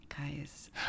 guys